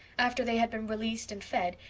after they had been released and fed,